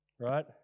Right